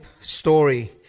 story